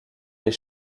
des